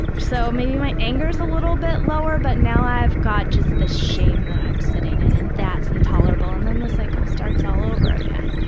so maybe my anger's a little bit lower but now i've got just the shame that i'm sitting in and that's intolerable and then the cycle starts all over again.